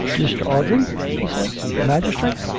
mr. audrey? he said. the magistrate?